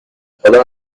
حالا